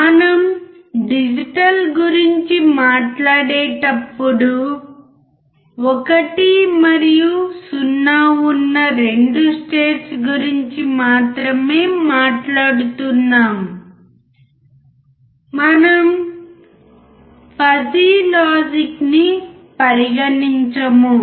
మనం డిజిటల్ గురించి మాట్లాడేటప్పుడు 1 మరియు 0 ఉన్న 2 స్టేట్స్ గురించి మాత్రమే మాట్లాడుతున్నాము మనం ఫజీ లాజిక్ నీ పరిగణించము